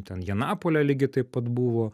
ten janapolė lygiai taip pat buvo